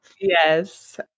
Yes